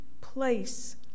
place